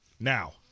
Now